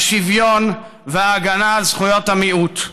השוויון וההגנה על זכויות המיעוט.